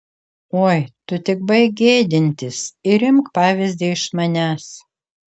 oi tu tik baik gėdintis ir imk pavyzdį iš manęs